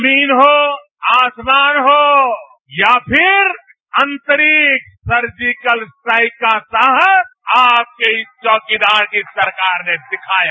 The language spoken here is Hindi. जमीन हो आसमान हो या फिर अंतरिक्ष सर्जिकल स्ट्राइक का साहस आपके इस चौकीदार की सरकार ने सिखाया